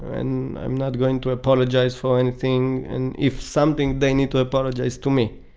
and i'm not going to apologize for anything. and if something they need to apologize to me.